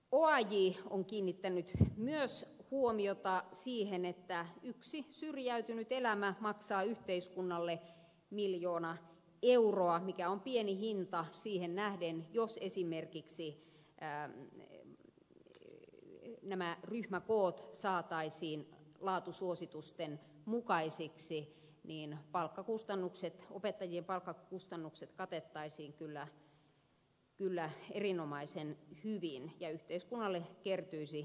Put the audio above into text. oaj on kiinnittänyt myös huomiota siihen että yksi syrjäytynyt elämä maksaa yhteiskunnalle miljoona euroa mikä on pieni hinta siihen nähden että jos esimerkiksi nämä ryhmäkoot saataisiin laatusuositusten mukaisiksi niin opettajien palkkakustannukset katettaisiin kyllä erinomaisen hyvin ja yhteiskunnalle kertyisi mittavia säästöjä